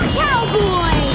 cowboy